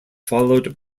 followed